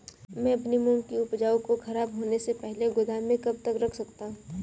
मैं अपनी मूंग की उपज को ख़राब होने से पहले गोदाम में कब तक रख सकता हूँ?